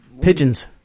Pigeons